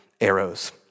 arrows